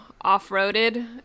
off-roaded